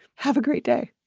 have a great day